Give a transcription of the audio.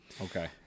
Okay